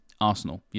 Arsenal